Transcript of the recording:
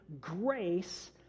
grace